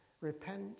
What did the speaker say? Repent